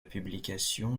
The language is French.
publication